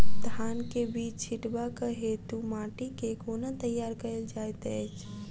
धान केँ बीज छिटबाक हेतु माटि केँ कोना तैयार कएल जाइत अछि?